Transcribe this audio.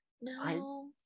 No